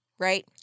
Right